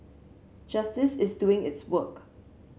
justice is doing its work